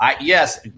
Yes